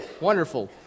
wonderful